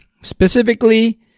specifically